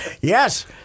Yes